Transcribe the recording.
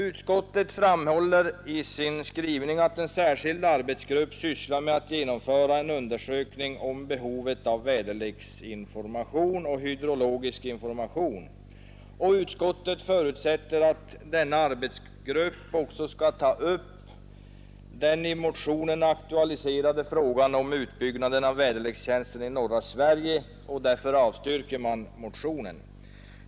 Utskottet framhåller i sin skrivning att en särskild arbetsgrupp sysslar med att genomföra en undersökning om behovet av väderleksinformation och hydrologisk information. Utskottet förutsätter att denna arbetsgrupp också skall ta upp den i motionen aktualiserade frågan om utbyggnaden av väderlekstjänsten i norra Sverige, och därför avstyrker utskottet motionen.